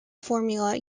formula